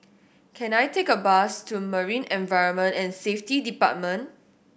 can I take a bus to Marine Environment and Safety Department